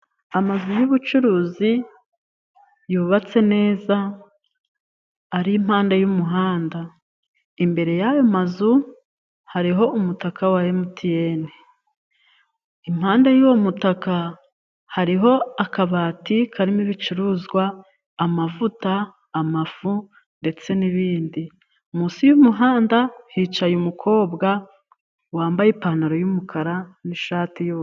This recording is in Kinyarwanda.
Amazu y'ubucuruzi yubatse neza ari impande y'umuhanda, imbere y'ayo mazu hariho umutaka wa Emutiyene, impande y'uwo mutaka hariho akabati karimo ibicuruzwa amavuta ,amafu, ndetse n'ibindi munsi y'umuhanda hicaye umukobwa wambaye ipantaro y'umukara n'ishati y'ubururu.